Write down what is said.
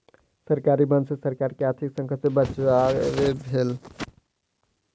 सरकारी बांड सॅ सरकार के आर्थिक संकट सॅ बचाव भेल